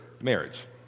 marriage